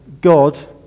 God